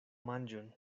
manĝon